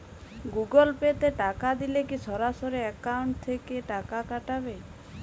Google Pay তে টাকা দিলে কি সরাসরি অ্যাকাউন্ট থেকে টাকা কাটাবে?